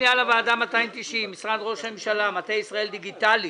המציאות היא שכאשר ועדת כספים הייתה צריכה לאשר העלאות מחירי המים,